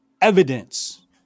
evidence